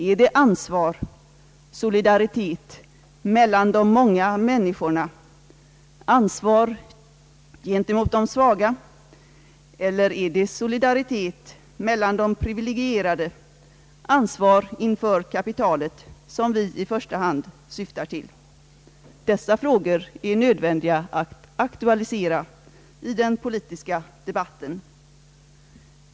Är det solidaritet mellan de många människorna, ansvar gentemot de svaga, eller är det solidaritet mellan de privilegierade, ansvar inför kapitalet, som vi i första hand syftar till? Dessa frågor är det nödvändigt att aktualisera i den politiska debatten.